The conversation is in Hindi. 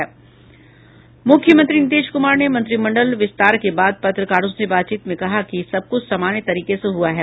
मूख्यमंत्री नीतीश क्मार ने मंत्रिमंडल विस्तार के बाद पत्रकारों से बातचीत में कहा कि सब कुछ सामान्य तरीके से हुआ है